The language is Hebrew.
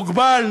מוגבל,